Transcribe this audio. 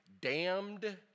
damned